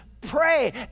pray